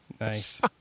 Nice